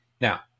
Now